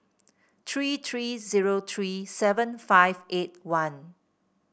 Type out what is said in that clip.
three three zero three seven five eight one